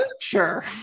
sure